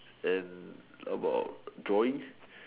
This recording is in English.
and about drawings